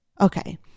okay